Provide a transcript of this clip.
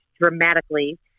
dramatically